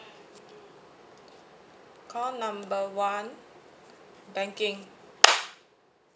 call number banking